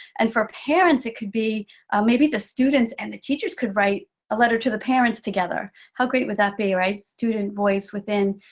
and for parents, it could be maybe the students and the teachers could write a letter to the parents together. how great would that be, right? student voice within,